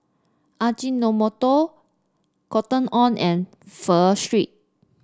Ajinomoto Cotton On and Pho Street